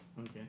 Okay